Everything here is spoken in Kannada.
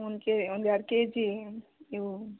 ಒನ್ ಕೆ ಒಂದ್ ಎರ್ಡ್ ಕೆಜಿ ಇವೂ